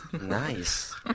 Nice